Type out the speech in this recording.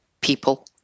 People